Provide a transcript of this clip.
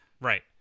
Right